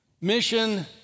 Mission